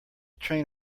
train